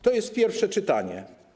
To jest pierwsze czytanie.